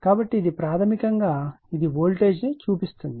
కాబట్టి ఇది ప్రాథమికంగా ఇది వోల్టేజ్ ను చూపిస్తుంది